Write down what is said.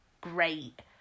great